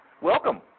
Welcome